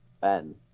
Ben